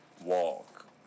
walk